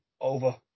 over